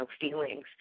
feelings